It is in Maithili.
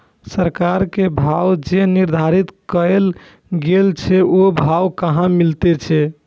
सरकार के भाव जे निर्धारित कायल गेल छै ओ भाव कहाँ मिले छै?